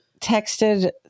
texted